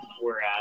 Whereas